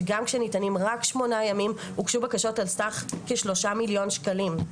שגם כשניתנים רק שמונה ימים הוגשו בקשות על סך כ-3 מיליון שקלים.